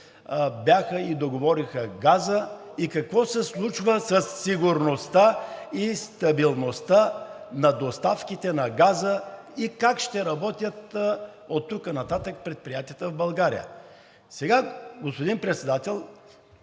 бяха и договориха газа, какво се случва със сигурността и стабилността на доставките на газа и как ще работят оттук нататък предприятията в България. Господин Председател,